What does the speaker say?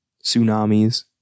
tsunamis